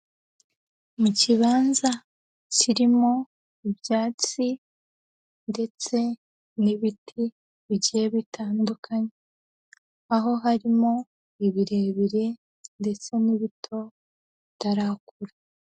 Mu kibanza kirimo ibyatsi ndetse n'ibiti bigiye bitandukanye, aho harimo ibirebire ndetse n'ibito bitarakura.